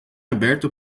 aberto